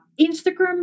Instagram